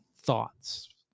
thoughts